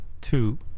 two